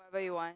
what you want